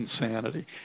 insanity